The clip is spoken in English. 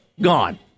Gone